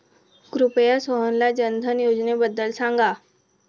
कृपया सोहनला जनधन योजनेबद्दल सांगा